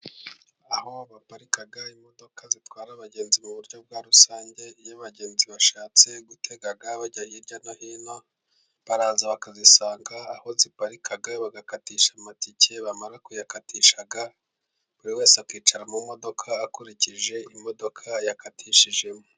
aho baparika imodoka zitwara abagenzi mu buryo bwa rusange, iyo abagenzi bashatse gutega bajya hirya no hino, baraza bakazisanga aho ziparika, bagakatisha amatike, bamara kuyayakatisha, buri wese akicara mu modoka akurikije imodoka yakatishijemo.